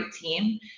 team